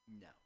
No